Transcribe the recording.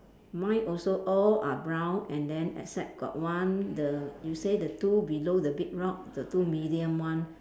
mine also all are brown and then except got one the you say the two below the big rock the two medium one